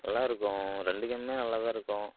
நல்லாயிருக்கும் ரெண்டு கேமுமே நல்லாதான் இருக்கும்